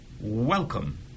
welcome